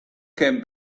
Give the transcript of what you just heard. came